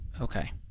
okay